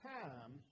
time